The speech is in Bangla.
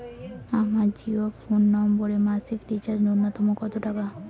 আমার জিও ফোন নম্বরে মাসিক রিচার্জ নূন্যতম কত টাকা?